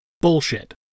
Bullshit